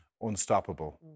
unstoppable